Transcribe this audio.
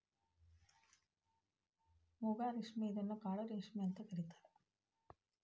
ಮೂಗಾ ರೇಶ್ಮೆ ಇದನ್ನ ಕಾಡು ರೇಶ್ಮೆ ಅಂತ ಕರಿತಾರಾ